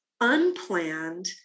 unplanned